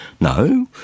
No